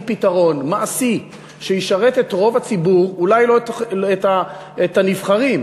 פתרון מעשי שישרת את רוב הציבור; אולי לא את הנבחרים,